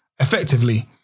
effectively